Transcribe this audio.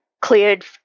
cleared